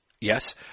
Yes